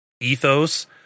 ethos